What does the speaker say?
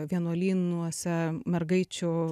vienuolynuose mergaičių